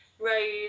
rose